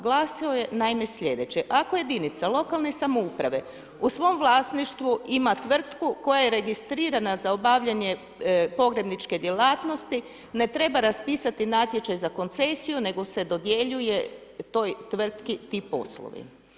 Glasio je naime slijedeće, ako jedinica lokalne samouprave u svom vlasništvu ima tvrtku koja je registrirana za obavljanje pogrebničke djelatnosti ne treba raspisati natječaj za koncesiju nego se dodjeljuje toj tvrtki ti poslovi.